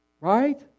right